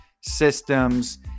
systems